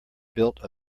built